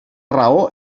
raó